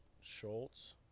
Schultz